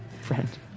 friend